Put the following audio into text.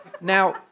Now